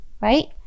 right